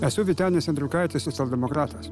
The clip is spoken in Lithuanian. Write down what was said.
esu vytenis andriukaitis socialdemokratas